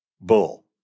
Bull